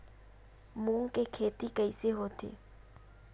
मूंग के खेती कइसे होथे?